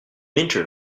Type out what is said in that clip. minter